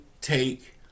take